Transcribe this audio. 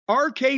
RK